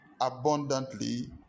abundantly